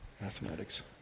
mathematics